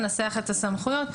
לנסח את הסמכויות,